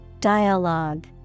Dialogue